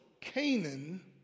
Canaan